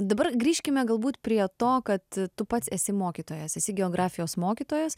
dabar grįžkime galbūt prie to kad tu pats esi mokytojas esi geografijos mokytojas